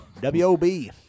W-O-B